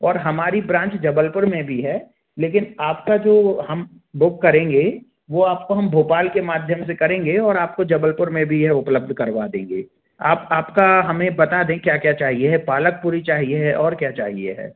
और हमारी ब्रांच जबलपुर में भी है लेकिन आपका जो हम बुक करेंगे वो आपको हम भोपाल के माध्यम से करेंगे और आपको जबलपुर मैं भी यह उपलब्ध करवा देंगे आप आप का हमें बता दें क्या क्या चाहिए है पालक पूड़ी चाहिए और क्या चाहिए है